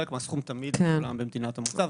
חלק מהסכום שולם תמיד במדינת המוצא.